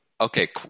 okay